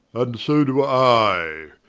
and so doe i,